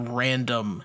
random